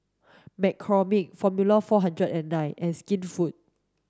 McCormick Formula four hundred and nine and Skinfood